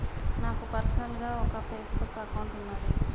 నాకు పర్సనల్ గా ఒక ఫేస్ బుక్ అకౌంట్ వున్నాది